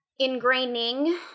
ingraining